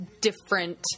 different